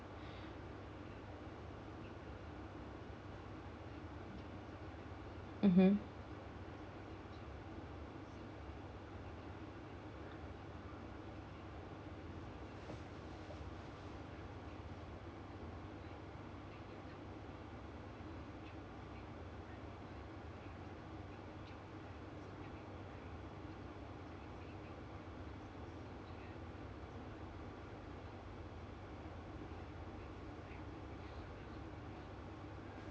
mmhmm